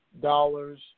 Dollars